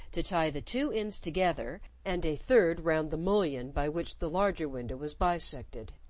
to tie the two ends together and a third round the mullion by which the larger window was bisected.